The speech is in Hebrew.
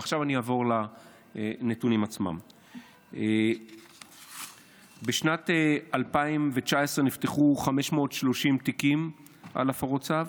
עכשיו אעבור לנתונים עצמם: בשנת 2019 נפתחו 530 תיקים על הפרות צו.